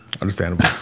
Understandable